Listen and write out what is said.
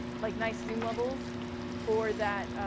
like, nice zoom levels for that.